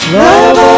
love